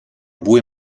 bue